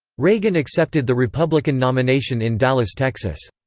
reagan accepted the republican nomination in dallas, texas.